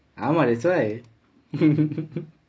ஆமா:aamaa that's why